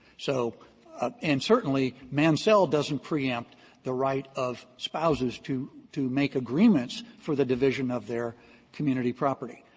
so and certainly, mansell doesn't preempt the right of spouses to to make agreements for the division of their community property.